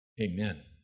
Amen